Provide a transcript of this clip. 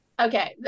Okay